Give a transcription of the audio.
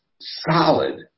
solid